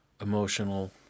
emotional